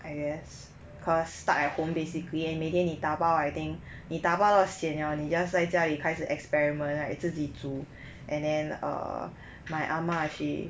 I guess cause stuck at home basically and 每天你打包 I think 你打包了 sian liao 你在家里开始 experiment right 自己煮 and then err my ah ma she